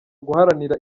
guharanira